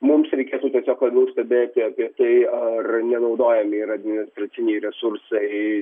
mums reikėtų tiesiog labiau stebėti apie tai ar nenaudojami yra administraciniai resursai